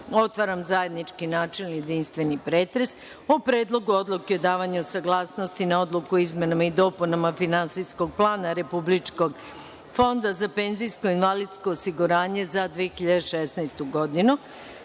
otvaram zajednički, načelni i jedinstveni pretres o Predlogu odluke davanja saglasnosti na Odluku o izmenama i dopunama Finansijskog plana Republičkog fonda za penzijsko i invalidsko osiguranje za 2016. godinu,